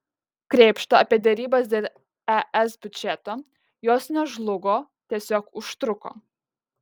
krėpšta apie derybas dėl es biudžeto jos nežlugo tiesiog užtruko